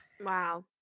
Wow